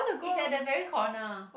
is at the very corner